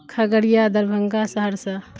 Khagaria Darbhanga Saharsa